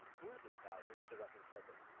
who is this guy who stood up and said this?